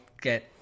get